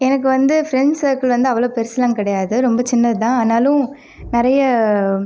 எனக்கு வந்து friends circle வந்து அவ்வளோ பெருசுலாம் கிடையாது ரொம்ப சின்னது தான் ஆனாலும் நிறைய